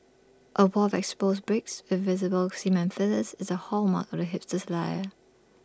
A wall of exposed bricks with visible cement fillers is the hallmark of the hipster's lair